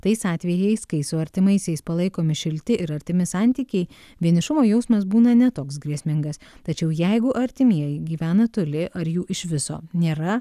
tais atvejais kai su artimaisiais palaikomi šilti ir artimi santykiai vienišumo jausmas būna ne toks grėsmingas tačiau jeigu artimieji gyvena toli ar jų iš viso nėra